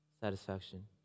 satisfaction